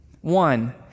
One